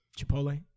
Chipotle